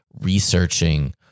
researching